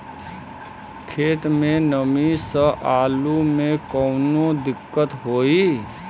खेत मे नमी स आलू मे कऊनो दिक्कत होई?